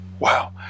Wow